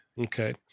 Okay